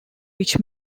which